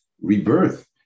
rebirth